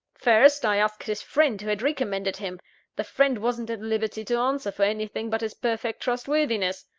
first, i asked his friend who had recommended him the friend wasn't at liberty to answer for anything but his perfect trustworthiness.